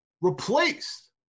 replaced